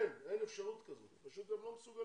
אין אפשרות כזאת, פשוט הם לא מסוגלים.